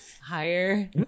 higher